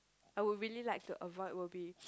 I would really like to avoid will be